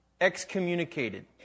excommunicated